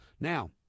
now